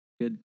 Good